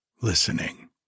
listening